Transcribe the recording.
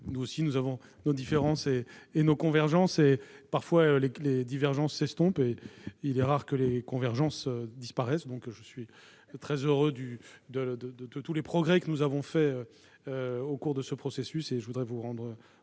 nous avons, nous aussi, nos divergences et nos convergences. Parfois, les divergences s'estompent, mais il est rare que les convergences disparaissent. Je suis très heureux de tous les progrès que nous avons faits au cours de ce processus